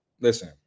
listen